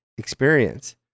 experience